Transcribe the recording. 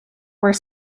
were